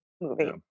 movie